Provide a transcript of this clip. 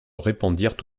répandirent